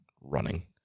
running